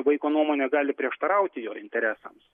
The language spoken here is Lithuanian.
vaiko nuomonė gali prieštarauti jo interesams